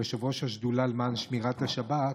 כיושב-ראש השדולה למען שמירת השבת,